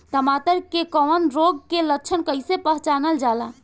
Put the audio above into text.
टमाटर मे कवक रोग के लक्षण कइसे पहचानल जाला?